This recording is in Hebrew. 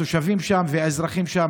התושבים שם והאזרחים שם,